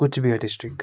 Cooch Behar district